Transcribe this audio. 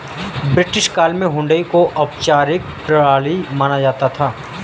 British काल में हुंडी को औपचारिक प्रणाली माना जाता था